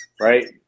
right